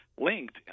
linked